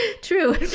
True